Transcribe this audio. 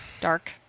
Dark